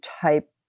type